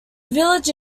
village